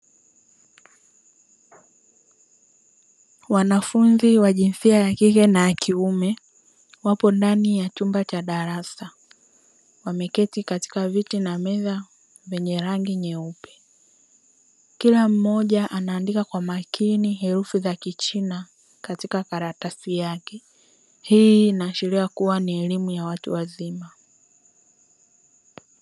Wanafunzi wa jinsia ya kike na ya kiume wapo ndani ya chumba cha darasa, wameketi katika viti na meza vyenye rangi nyeupe. Kila mmoja anaandika kwa makini herufi za kichina katika karatasi yake, hii inaashiria kuwa ni elimu ya watu wazima.